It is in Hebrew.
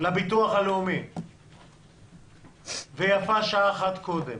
לביטוח הלאומי, ויפה שעה אחת קודם.